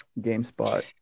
GameSpot